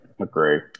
Agree